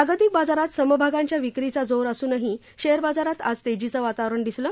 जागतिक बाजारात समभागांच्या विक्रीचा जोर असूनही मुंबई शेअर बाजारात आज तेजीचं वातावरण दिसलं